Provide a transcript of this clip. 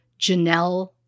Janelle